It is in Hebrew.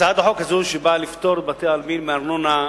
הצעת החוק הזאת, שבאה לפטור בתי-עלמין מארנונה,